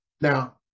Now